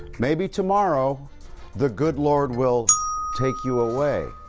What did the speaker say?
maybe tomorrow the good lord will take you away.